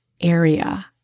area